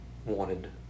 wanted